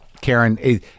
Karen